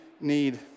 need